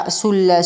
sul